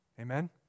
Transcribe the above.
Amen